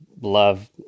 love